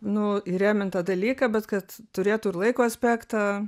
nu įrėmintą dalyką bet kad turėtų ir laiko aspektą